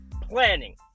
planning